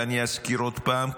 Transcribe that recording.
ואני אזכיר עוד פעם,